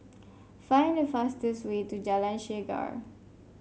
find the fastest way to Jalan Chegar